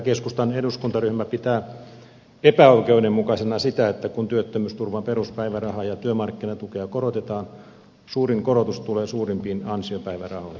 keskustan eduskuntaryhmä pitää epäoikeudenmukaisena sitä että kun työttömyysturvan peruspäivärahaa ja työmarkkinatukea korotetaan suurin korotus tulee suurimpiin ansiopäivärahoihin